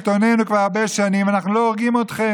אדוני היושב-ראש: אם עדיין אתה מרגיש מאוים מהיושב-ראש שלך,